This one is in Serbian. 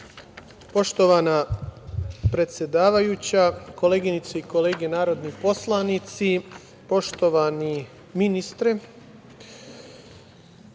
Hvala. Poštovana predsedavajuća, koleginice i kolege narodni poslanici, poštovani ministre,